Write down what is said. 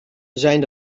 zijn